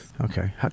Okay